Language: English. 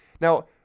Now